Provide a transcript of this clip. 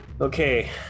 Okay